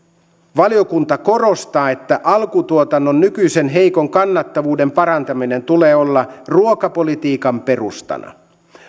valiokunta korostaa että alkutuotannon nykyisen heikon kannattavuuden parantamisen tulee olla ruokapolitiikan perustana